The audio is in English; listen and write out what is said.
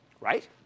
right